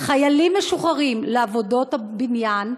חיילים משוחררים לעבודות בניין,